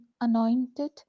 anointed